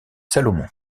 salomon